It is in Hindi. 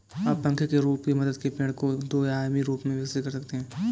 आप पंखे के रूप की मदद से पेड़ को दो आयामी रूप से विकसित कर सकते हैं